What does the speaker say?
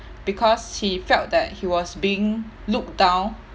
because he felt that he was being looked down